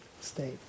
state